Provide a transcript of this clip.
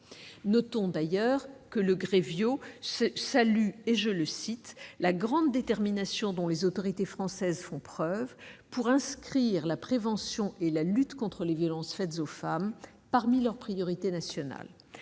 Notons que le Grevio « salue la grande détermination dont les autorités françaises font preuve pour inscrire la prévention et la lutte contre les violences faites aux femmes parmi leurs priorités politiques.